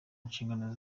nshingano